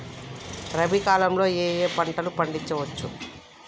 రబీ కాలంలో ఏ ఏ పంట పండించచ్చు?